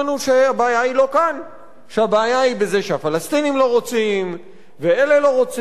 שהבעיה היא בזה שהפלסטינים לא רוצים ואלה לא רוצים והנה ככה והנה אחרת.